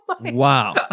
Wow